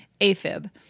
AFib